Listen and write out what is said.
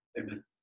Amen